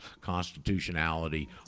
constitutionality